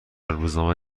روزنامه